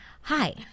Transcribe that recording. Hi